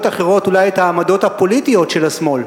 אחרות אולי את העמדות הפוליטיות של השמאל,